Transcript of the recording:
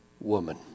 woman